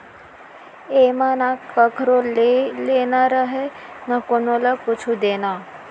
एमा न कखरो ले लेना रहय न कोनो ल कुछु देना